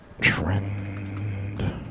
Trend